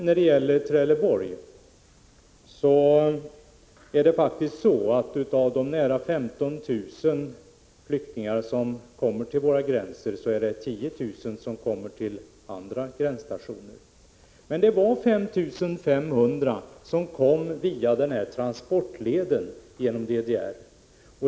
När det gäller Trelleborg vill jag framhålla att av de nära 15 000 flyktingar som kom till våra gränser förra året var det faktiskt 10 000 som kom till andra gränsstationer. Men 5 500 kom via transportleden genom DDR.